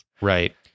Right